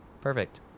Perfect